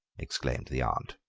exclaimed the aunt.